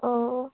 অঁ